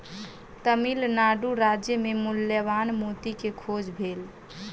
तमिल नाडु राज्य मे मूल्यवान मोती के खोज भेल